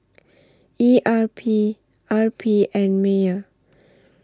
E R P R P and Mewr